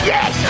Yes